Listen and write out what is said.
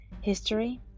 History